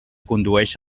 condueix